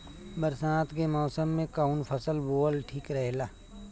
बरसात के मौसम में कउन फसल बोअल ठिक रहेला?